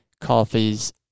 coffees